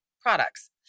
products